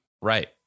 Right